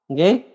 Okay